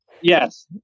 Yes